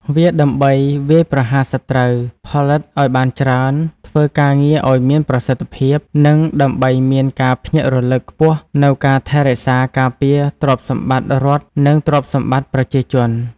វាដើម្បីវាយប្រហារសត្រូវ ផលិតអោយបានច្រើន ធ្វើការងារអោយមានប្រសិទ្ឋភាព និងដើម្បីមានការភ្ញាក់រលឹកខ្ពស់នូវការថែរក្សា ការពារ ទ្រព្យសម្បត្តិរដ្ឋនិងទ្រព្យសម្បត្តិ ប្រជាជន។